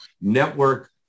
network